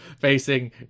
facing